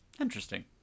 Interesting